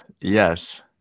yes